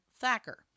Thacker